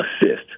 assist